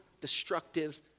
destructive